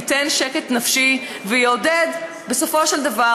ייתן שקט נפשי ויעודד בסופו של דבר